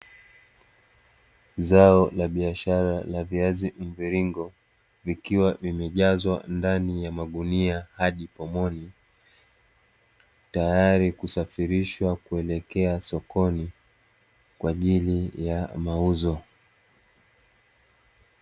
Zao la biashara la viazi mviringo ,vikiwa vimejazwa ndani ya magunia hadi pomoni, tayari kusafirishwa kuelekea sokoni kwa ajili ya mauzo.